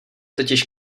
totiž